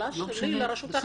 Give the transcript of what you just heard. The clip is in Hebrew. השאלה שלי לרשות האכיפה והגבייה.